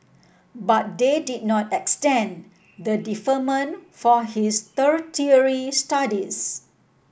but they did not extend the deferment for his tertiary studies